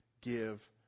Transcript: give